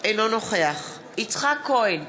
אינו נוכח יצחק כהן,